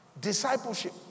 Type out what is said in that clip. discipleship